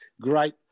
great